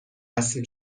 رسم